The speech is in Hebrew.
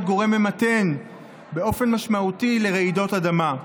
גורם ממתן באופן משמעותי לרעידות אדמה.